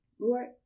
Lord